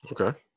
okay